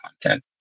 content